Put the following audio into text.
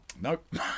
Nope